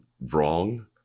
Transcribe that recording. wrong